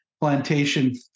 Plantation